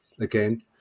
again